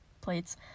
Plates